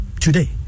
today